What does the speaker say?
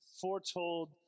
foretold